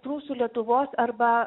prūsų lietuvos arba